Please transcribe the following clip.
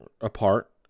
apart